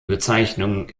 bezeichnung